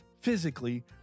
physically